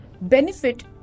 benefit